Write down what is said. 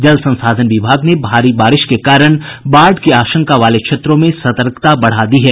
जल संसाधन विभाग ने भारी बारिश के कारण बाढ़ की आशंका वाले क्षेत्रों में सतर्कता बढ़ा दी है